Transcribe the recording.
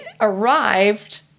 arrived